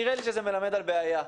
נראה לי שזה מלמד על בעיה.